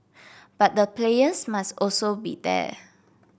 but the players must also be there